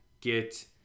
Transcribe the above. get